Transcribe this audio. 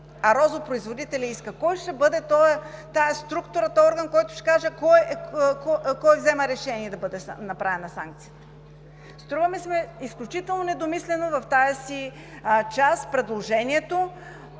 а розопроизводителят иска? Коя ще бъде тази структура или този орган, който ще каже кой взема решение да бъде направена санкцията? Струва ми се, че е изключително недомислено в тази си част направеното